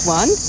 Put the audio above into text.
one